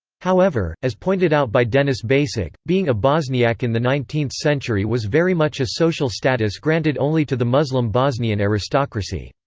however, as pointed out by denis basic, being a bosniak in the nineteenth century was very much a social status granted only to the muslim bosnian aristocracy.